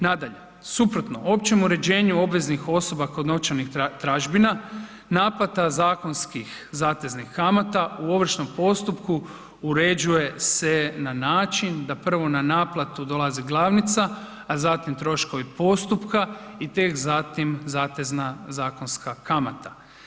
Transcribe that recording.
Nadalje, suprotno općem uređenju obveznih osoba kod novčanih tražbina, naplata zakonskih zateznih kamata u ovršnom postupku uređuje se na način da prvo na naplatu dolazi glavnica a zatim troškovi postupka i tek zatim zatezna zakonska kamata.